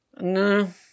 No